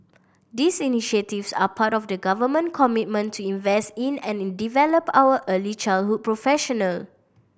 these initiatives are part of the government commitment to invest in and develop our early childhood professional